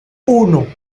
uno